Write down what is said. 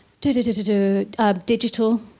digital